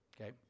Okay